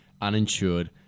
uninsured